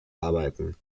arbeiten